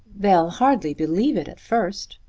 they'll hardly believe it at first.